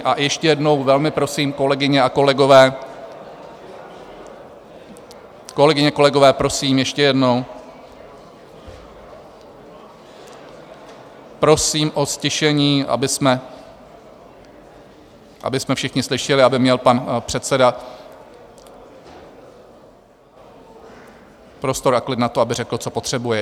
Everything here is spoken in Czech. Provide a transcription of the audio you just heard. A ještě jednou velmi prosím, kolegyně a kolegové... kolegyně, kolegové, prosím ještě jednou, prosím o ztišení, abychom všichni slyšeli, aby měl pan předseda prostor a klid na to, aby řekl, co potřebuje.